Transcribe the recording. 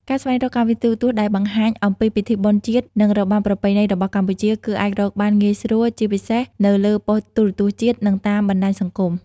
ការស្វែងរកកម្មវិធីទូរទស្សន៍ដែលបង្ហាញអំពីពិធីបុណ្យជាតិ និងរបាំប្រពៃណីរបស់កម្ពុជា គឺអាចរកបានងាយស្រួល ជាពិសេសនៅលើប៉ុស្តិ៍ទូរទស្សន៍ជាតិ និងតាមបណ្តាញសង្គម។